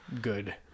Good